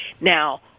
Now